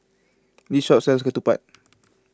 this shop sells Ketupat